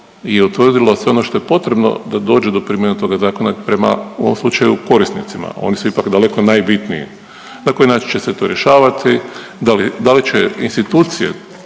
i utvrdilo sve ono što je potrebno da dođe do primjene toga zakona prema u ovom slučaju korisnicima, oni su ipak daleko najbitniji, dakle …/Govornik se ne razumije/… će se to rješavati, da li, da li će institucije